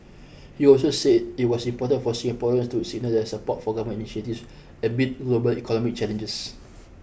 he also said it was important for Singaporeans to signal their support for government initiatives amid global economic challenges